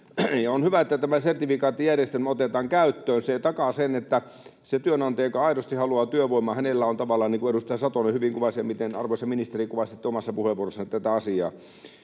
On hyvä, että tämä sertifikaattijärjestelmä otetaan käyttöön. Se takaa sen, että sillä työnantajalla, joka aidosti haluaa työvoimaa, on tavallaan... — Niin kuin edustaja Satonen hyvin kuvasi ja miten, arvoisa ministeri, kuvasitte omassa puheenvuorossanne tätä asiaa.